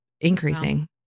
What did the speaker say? increasing